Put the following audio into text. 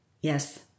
Yes